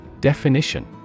Definition